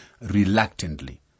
reluctantly